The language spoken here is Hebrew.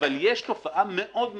אבל יש תופעה מאוד מדאיגה,